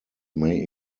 may